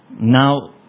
Now